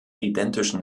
identischen